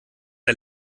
der